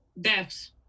deaths